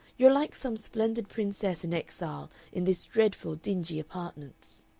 you're like some splendid princess in exile in these dreadful dingy apartments!